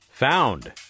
Found